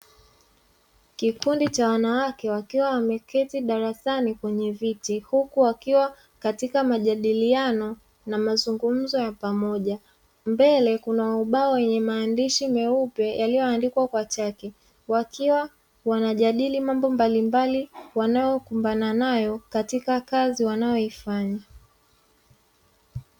Kikundi cha wanawake wakiwa wameketi darasani kwenye viti, huku wakiwa katika majadiliano na mazungumzo ya pamoja. Mbele kuna ubao wenye maandishi meupe yaliyoandikwa kwa chaki, wakiwa wanajadili mambo mbalimbali, wanayokumbana nayo katika kazi wanayoifanya.